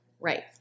Right